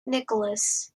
nicholas